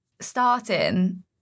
starting